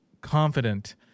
confident